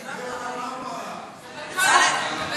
קודם קסניה.